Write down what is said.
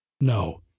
No